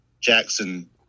jackson